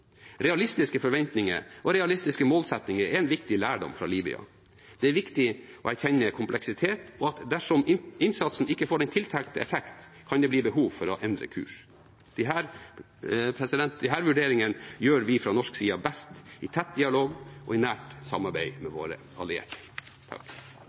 Realistiske forventninger og realistiske målsettinger er en viktig lærdom fra Libya. Det er viktig å erkjenne kompleksitet og at dersom innsatsen ikke får den tiltenkte effekt, kan det bli behov for å endre kurs. Disse vurderingene gjør vi fra norsk side best i tett dialog og i nært samarbeid med